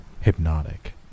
hypnotic